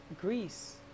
Greece